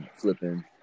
flipping –